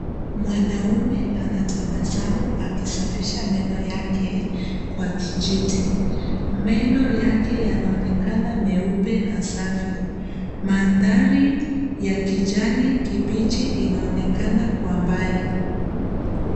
Mwanaume anatabasamu akisafisha meno yake kwa kijiti. Meno yake yanaonekana meupe na safi. Mandhari ya kijani kibichi inaonekana kwa mbali.